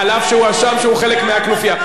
אף שהוא הואשם שהוא חלק מהכנופיה.